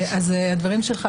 הדברים שלך,